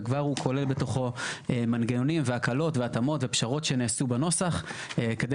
וכבר הוא כולל בתוכו מנגנונים והקלות והתאמות ופשרות שנעשו בנוסח כדי